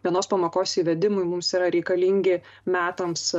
vienos pamokos įvedimui mums yra reikalingi metams